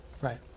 Right